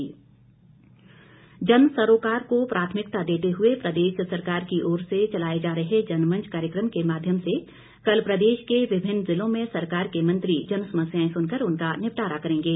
जनमंच जनसरोकार को प्राथमिकता देते हुए प्रदेश सरकार की ओर से चलाए जा रहे जनमंच कार्यक्रम के माध्यम से कल प्रदेश के विभिन्न जिलों में सरकार के मंत्री जनसमस्याएं सुनकर उनका निपटारा करेंगे